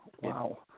Wow